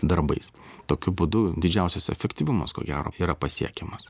darbais tokiu būdu didžiausias efektyvumas ko gero yra pasiekiamas